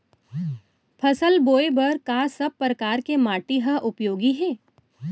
फसल बोए बर का सब परकार के माटी हा उपयोगी हे?